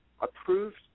approved